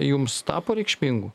jums tapo reikšmingu